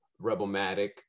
Rebelmatic